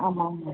ஆமாம் ஆமாம்